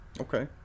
Okay